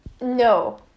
No